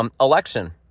election